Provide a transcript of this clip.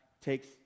takes